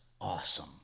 awesome